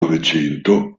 novecento